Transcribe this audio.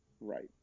Right